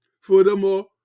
Furthermore